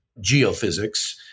geophysics